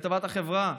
לטובת החברה,